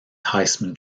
heisman